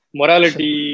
morality